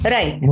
Right